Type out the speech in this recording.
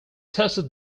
tested